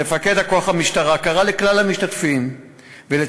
מפקד כוח המשטרה קרא לכלל המשתתפים ולציבור